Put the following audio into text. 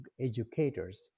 educators